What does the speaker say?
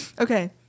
Okay